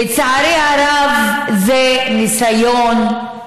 לצערי הרב, זה ניסיון,